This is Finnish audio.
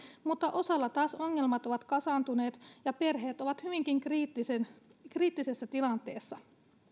mutta osalla taas ongelmat ovat kasaantuneet ja perheet ovat hyvinkin kriittisessä kriittisessä tilanteessa